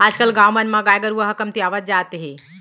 आज कल गाँव मन म गाय गरूवा ह कमतियावत जात हे